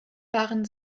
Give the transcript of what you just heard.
waren